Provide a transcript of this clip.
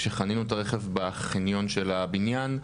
כשחנינו את הרכב בחניון של הבניין,